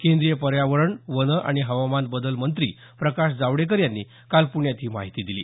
केंद्रीय पर्यावरण वन आणि हवामान बदल मंत्री प्रकाश जावडेकर यांनी काल पुण्यात ही माहिती दिली